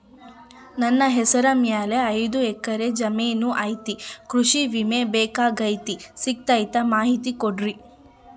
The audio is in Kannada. ನನ್ನ ಹೆಸರ ಮ್ಯಾಲೆ ಐದು ಎಕರೆ ಜಮೇನು ಐತಿ ಕೃಷಿ ವಿಮೆ ಬೇಕಾಗೈತಿ ಸಿಗ್ತೈತಾ ಮಾಹಿತಿ ಕೊಡ್ರಿ?